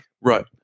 Right